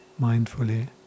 mindfully